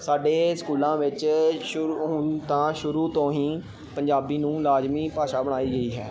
ਸਾਡੇ ਸਕੂਲਾਂ ਵਿੱਚ ਸ਼ੁਰੂ ਤਾਂ ਸ਼ੁਰੂ ਤੋਂ ਹੀ ਪੰਜਾਬੀ ਨੂੰ ਲਾਜ਼ਮੀ ਭਾਸ਼ਾ ਬਣਾਈ ਗਈ ਹੈ